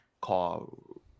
call